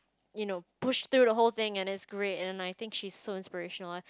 you know push through the whole thing and it's great and I think she's so inspirational I